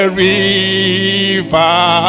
river